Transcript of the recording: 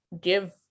give